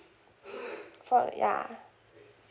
for ya